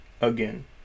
Again